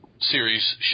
series